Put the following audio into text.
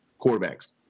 quarterbacks